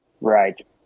right